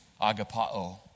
agapao